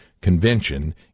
convention